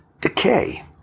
decay